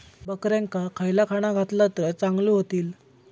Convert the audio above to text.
बकऱ्यांका खयला खाणा घातला तर चांगल्यो व्हतील?